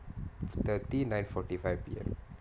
thirty nine forty five P_M